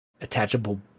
attachable